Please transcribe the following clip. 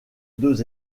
deux